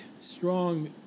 strong